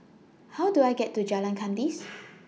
How Do I get to Jalan Kandis